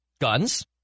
guns